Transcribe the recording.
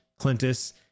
Clintus